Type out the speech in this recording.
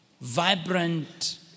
vibrant